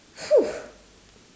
!huh!